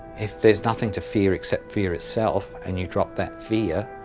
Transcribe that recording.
if there is nothing to fear except fear itself, and you drop that fear,